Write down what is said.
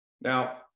Now